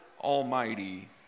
Almighty